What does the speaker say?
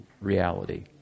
reality